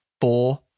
four